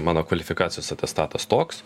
mano kvalifikacijos atestatas toks